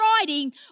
writing